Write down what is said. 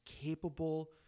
capable